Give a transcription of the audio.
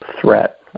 threat